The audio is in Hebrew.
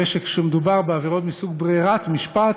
ואילו כשמדובר בעבירות מסוג ברירת משפט,